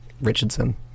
Richardson